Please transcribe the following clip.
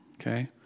okay